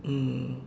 mm